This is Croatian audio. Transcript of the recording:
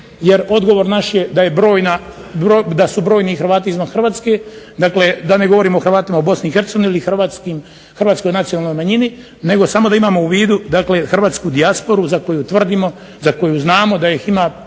jer odgovor naš je da su brojni Hrvati izvan Hrvatske, dakle, da ne govorim o Hrvatima u BiH ili Hrvatskoj nacionalnoj manjini nego samo da imamo u vidu hrvatsku dijasporu za koju tvrdimo, za koju znamo da ih ima